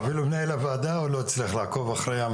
אפילו מנהל הוועדה לא הצליח לעקוב אחרי המספרים.